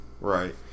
Right